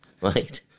Right